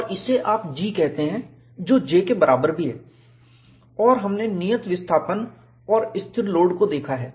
और इसे आप G कहते हैं जो J के बराबर भी है और हमने नियत विस्थापन और स्थिर लोड को देखा है